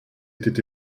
était